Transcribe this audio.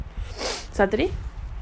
saturday